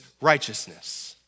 righteousness